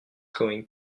going